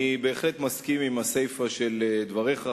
אני בהחלט מסכים עם הסיפא של דבריך,